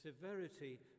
severity